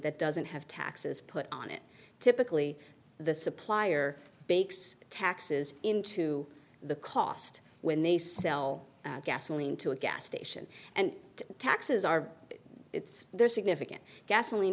that doesn't have taxes put on it typically the supplier bakes taxes into the cost when they sell gasoline to a gas station and taxes are it's their significant gasoline